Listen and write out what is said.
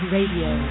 Radio